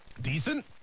Decent